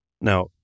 Now